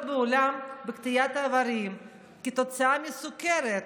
בעולם בקטיעת איברים כתוצאה מסוכרת,